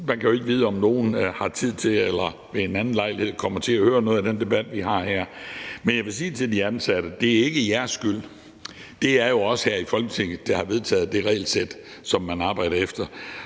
Man kan jo ikke vide, om nogle har tid til at se eller ved en anden lejlighed kommer til at høre noget af den debat, vi har her i dag, men jeg vil sige til de ansatte: Det er ikke jeres skyld. Det er jo os her i Folketinget, der har vedtaget det regelsæt, som man arbejder efter,